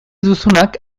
duzunak